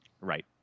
Right